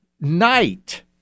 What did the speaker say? night